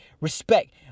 Respect